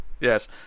Yes